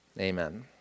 Amen